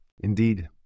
Indeed